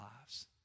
lives